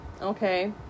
okay